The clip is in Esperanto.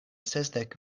sesdek